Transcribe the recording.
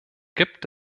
gibt